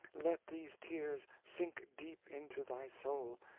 let these tears sink deep into thy soul,